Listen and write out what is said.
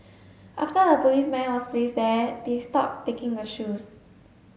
after the policeman was placed there they stopped taking the shoes